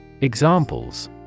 Examples